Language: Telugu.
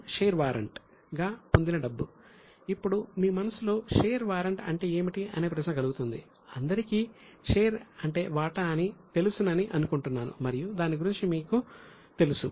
'c' అంశం షేర్ వారెంట్ అంటే వాటా అని తెలుసునని అనుకుంటున్నాను మరియు దాని గురించి మీకు తెలుసు